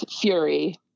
fury